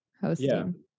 hosting